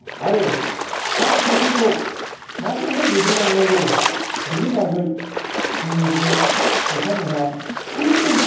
आरो फिसा फिसौफोरखौ माबोरैहाय दैदेनलांनांगौ बेनि बागै बुङो जे बिथांमोनहा